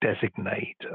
designate